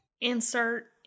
insert